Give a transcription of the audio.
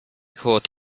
caught